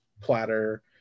platter